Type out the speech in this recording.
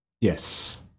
Yes